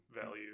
value